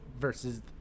Versus